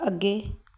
ਅੱਗੇ